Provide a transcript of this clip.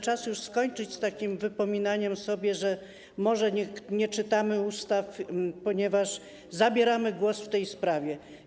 Czas już skończyć z takim wypominaniem sobie, mówieniem, że może nie czytamy ustaw, ponieważ zabieramy głos w tej sprawie.